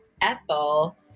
Ethel